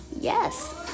yes